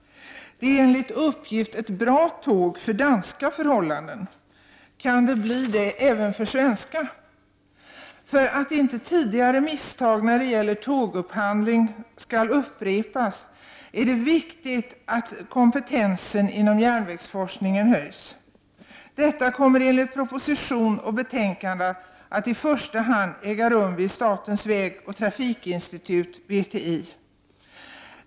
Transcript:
Det är enligt uppgift ett bra tåg för danska förhållanden. Kan det bli det även för svenska? För att inte tidigare misstag när det gäller tågupphandling skall upprepas, är det viktigt att kompetensen inom järnvägsforskningen höjs. Detta kommer enligt proposition och betänkande att i första hand äga rum vid statens vägoch trafikinstitut, VTI.